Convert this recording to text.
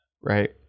Right